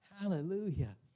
Hallelujah